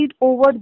over